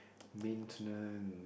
maintenance